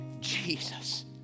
Jesus